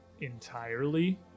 entirely